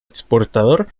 exportador